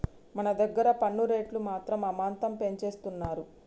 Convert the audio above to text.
మన దగ్గర పన్ను రేట్లు మాత్రం అమాంతం పెంచేస్తున్నారు